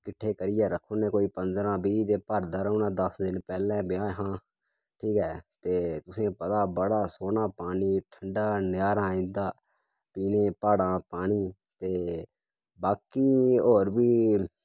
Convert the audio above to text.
किट्ठे करियै रक्खुने कोई पंदरां बीह् ते भरदा रौह्ना दस दिन पैह्लें ब्याह् हा ठीक ऐ ते तुसें पता बड़ा सोह्ना पानी ठंडा नजारा आई जंदा पीने प्हाड़ां पानी ते बाकी होर बी